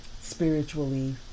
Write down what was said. spiritually